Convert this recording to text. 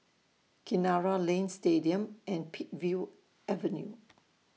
Kinara Lane Stadium and Peakville Avenue